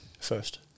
First